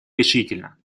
решительно